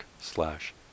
slash